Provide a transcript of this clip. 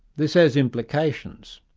this has implications.